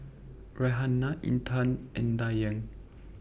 Raihana Intan and Dayang